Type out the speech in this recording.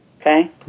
Okay